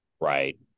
Right